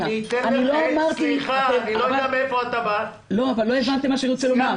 לא הבנת מה שאני רוצה לומר.